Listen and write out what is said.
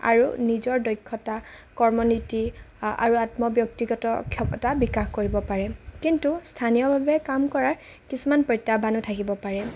আৰু নিজৰ দক্ষতা কৰ্মনীতি আৰু আত্মব্যক্তিগত ক্ষমতা বিকাশ কৰিব পাৰে কিন্তু স্থানীয়ভাৱে কাম কৰাৰ কিছুমান প্ৰত্যাহ্বানো থাকিব পাৰে